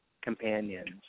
companions